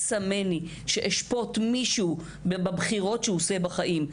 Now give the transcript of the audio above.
מי שמני שאשפוט מישהו בבחירות שהוא עושה בחיים.